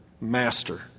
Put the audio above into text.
master